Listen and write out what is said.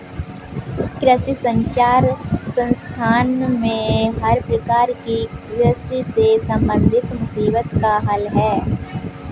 कृषि संचार संस्थान में हर प्रकार की कृषि से संबंधित मुसीबत का हल है